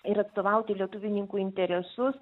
ir atstovauti lietuvininkų interesus